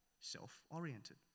self-oriented